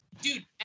Dude